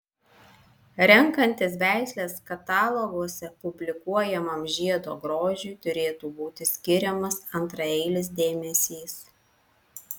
renkantis veisles kataloguose publikuojamam žiedo grožiui turėtų būti skiriamas antraeilis dėmesys